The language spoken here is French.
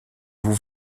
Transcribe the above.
vous